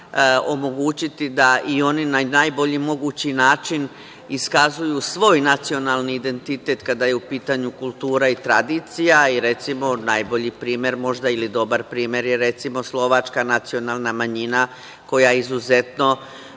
omogućiti da i oni na najbolji način iskazuju svoj nacionalni identitet kada je u pitanju kultura i tradiciji i recimo, najbolji primer možda ili dobar primer je recimo slovačka nacionalna manjina koja na izuzetno